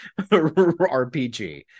RPG